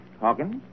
Hawkins